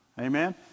Amen